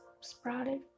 sprouted